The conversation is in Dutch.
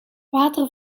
water